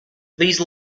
these